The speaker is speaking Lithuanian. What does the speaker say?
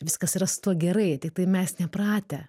viskas yra su tuo gerai tik tai mes nepratę